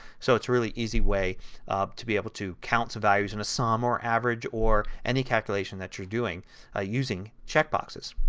so it is really an easy way to be able to count some values in a sum or average or any calculation that you are doing ah using checkboxes.